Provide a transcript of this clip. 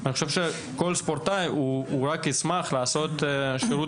אני חושב שכל ספורטאי ישמח לעשות שירות